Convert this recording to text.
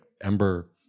ember